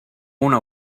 una